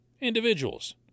Individuals